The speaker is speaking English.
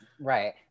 Right